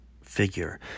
figure